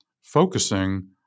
focusing